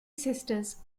sisters